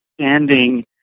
standing